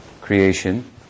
creation